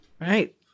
Right